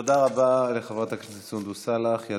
תודה רבה לחברת הכנסת סונדוס סאלח.